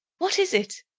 what is it?